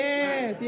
Yes